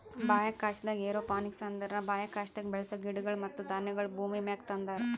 ಬಾಹ್ಯಾಕಾಶದಾಗ್ ಏರೋಪೋನಿಕ್ಸ್ ಅಂದುರ್ ಬಾಹ್ಯಾಕಾಶದಾಗ್ ಬೆಳಸ ಗಿಡಗೊಳ್ ಮತ್ತ ಧಾನ್ಯಗೊಳ್ ಭೂಮಿಮ್ಯಾಗ ತಂದಾರ್